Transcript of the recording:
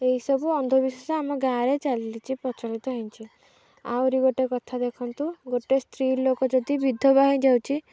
ଏହିସବୁ ଅନ୍ଧବିଶ୍ୱାସ ଆମ ଗାଁରେ ଚାଲିଛି ପ୍ରଚଳିତ ହେଇଛି ଆହୁରି ଗୋଟେ କଥା ଦେଖନ୍ତୁ ଗୋଟେ ସ୍ତ୍ରୀ ଲୋକ ଯଦି ବିଧବା ହେଇଯାଉଛି